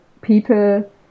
people